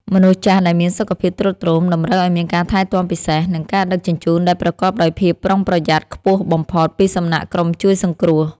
មនុស្សចាស់ដែលមានសុខភាពទ្រុឌទ្រោមតម្រូវឱ្យមានការថែទាំពិសេស និងការដឹកជញ្ជូនដែលប្រកបដោយភាពប្រុងប្រយ័ត្នខ្ពស់បំផុតពីសំណាក់ក្រុមជួយសង្គ្រោះ។